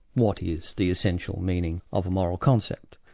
what is the essential meaning of a moral concept?